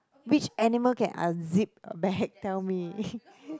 which animal can unzip a bag tell me